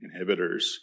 inhibitors